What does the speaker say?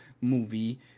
movie